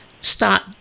start